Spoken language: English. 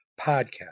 Podcast